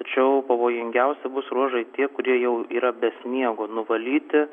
tačiau pavojingiausi bus ruožai tie kurie jau yra be sniego nuvalyti